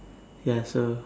ya so